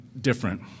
different